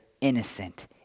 innocent